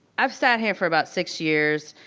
i've sat here for about six years,